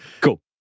Cool